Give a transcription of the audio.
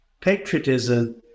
Patriotism